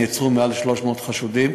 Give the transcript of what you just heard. נעצרו מעל 300 חשודים,